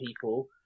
people